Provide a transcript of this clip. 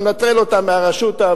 אתה מנטרל אותם מהרשות,